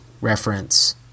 reference